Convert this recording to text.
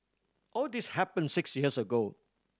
all this happened six years ago